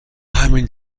همین